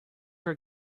are